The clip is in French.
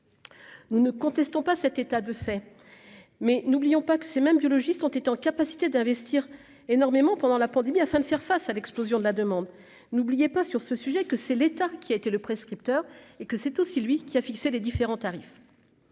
Nous ne contestons pas cet état de fait, mais n'oublions pas que ces mêmes biologistes ont été en capacité d'investir énormément pendant la pandémie afin de faire face à l'explosion de la demande, n'oubliez pas, sur ce sujet, que c'est l'État qui a été le prescripteur et que c'est aussi lui qui a fixé les différents tarifs,